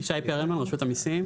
ישי פרלמן מרשות המיסים.